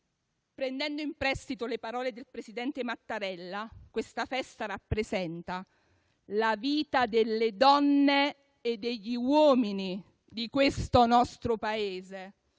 Prendendo in prestito le parole del presidente Mattarella:, questa festa rappresenta la vita delle donne e degli uomini di questo nostro Paese,